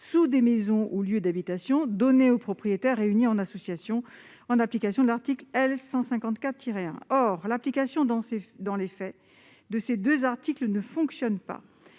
sous des maisons ou des lieux d'habitation, donner aux propriétaires réunis en association en application de l'article L. 154-1. Or, dans les faits, l'application de ces deux articles ne fonctionne pas.